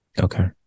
Okay